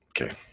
Okay